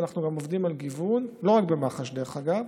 ואנחנו גם עובדים על גיוון, לא רק במח"ש, דרך אגב,